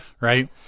Right